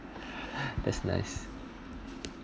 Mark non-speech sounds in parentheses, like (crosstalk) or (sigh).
(breath) that's nice